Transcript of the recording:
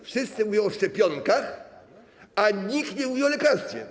Wszyscy mówią o szczepionkach, a nikt nie mówi o lekarstwie.